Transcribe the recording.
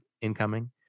incoming